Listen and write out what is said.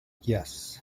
yes